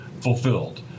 fulfilled